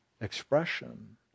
Expression